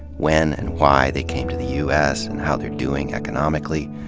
when and why they came to the u s. and how they're doing economically.